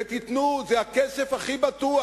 ותיתנו, זה הכסף הכי בטוח.